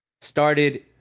started